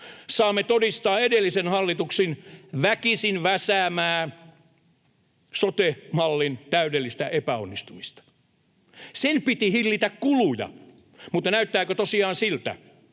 saamme todistaa edellisen hallituksen väkisin väsäämän sote-mallin täydellistä epäonnistumista. Sen piti hillitä kuluja, mutta näyttääkö tosiaan siltä?